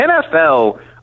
NFL